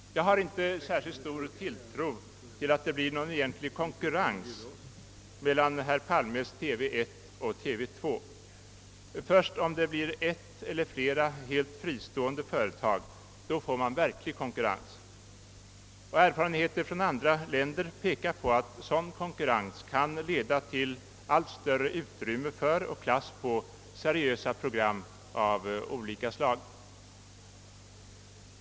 Jag hyser inte särskilt stor tilltro till att det kan bli någon egentlig konkurrens mellan herr Palmes TV 1 och TV 2. Först med ett eller flera helt fristående företag får man verklig konkurrens. Erfarenheter från andra länder pekar på att sådan konkurrens kan leda till allt större utrymme för och allt högre klass på seriösa program av olika slag.